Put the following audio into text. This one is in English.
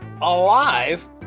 alive